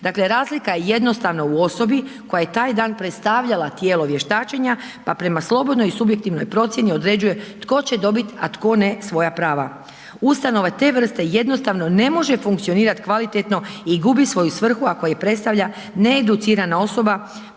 Dakle, razlika je jednostavno u osobi koja je taj dan predstavljala tijelo vještačenja pa prema slobodnoj i subjektivnoj procjeni, određuje tko će dobit a tko ne svoja prava. Ustanova te vrste jednostavno ne može funkcionirati kvalitetno i gubi svoju svrhu a koju predstavlja needucirana osoba